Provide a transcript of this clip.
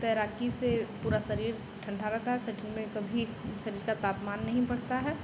तैराकी से पूरा शरीर ठण्डा रहता है शरीर में कभी शरीर का तापमान नहीं बढ़ता है